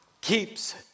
keeps